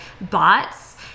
bots